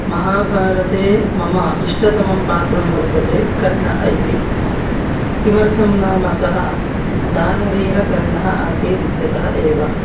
महाभारते मम इष्टतमं पात्रं वर्तते कर्णः इति किमर्थं नाम सः दानवीरकर्णः आसीत् इत्यतः एव